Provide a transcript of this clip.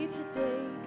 today